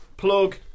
plug